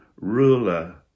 ruler